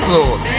Lord